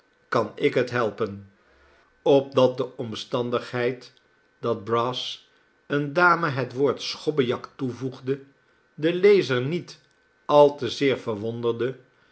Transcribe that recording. kan ik het helpen opdat de omstandigheid dat brass eene dame het woord schobbejak toevoegde den lezer niet al te zeer verwondere